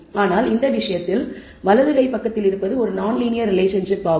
ஆனால் இந்த விஷயத்தில் வலது கை பக்கத்தில் இருப்பது ஒரு நான்லீனியர் ரிலேஷன்ஷிப் ஆகும்